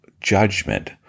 judgment